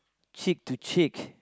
cheek to cheek